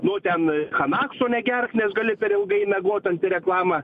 nu ten chanakso negerk nes gali per ilgai miegot antireklamą